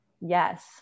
Yes